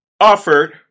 offered